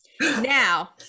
now